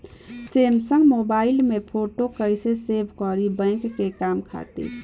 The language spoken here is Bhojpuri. सैमसंग मोबाइल में फोटो कैसे सेभ करीं बैंक के काम खातिर?